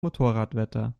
motorradwetter